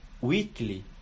weekly